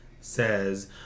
Says